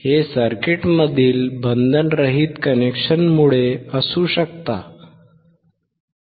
हे सर्किटमधील बंधनरहित कनेक्शनमुळे असू शकते